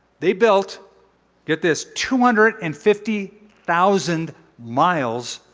they built get this two hundred and fifty thousand miles